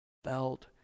felt